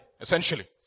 essentially